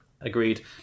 Agreed